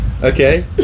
Okay